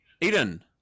Eden